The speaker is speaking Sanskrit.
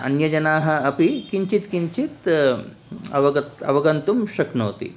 अन्य जनाः अपि किञ्चित् किञ्चित् अवगन्तुम् अवगन्तुं शक्नोति